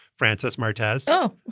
francis martez. oh,